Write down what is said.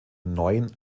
neun